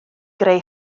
greu